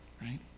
right